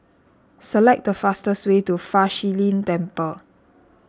select the fastest way to Fa Shi Lin Temple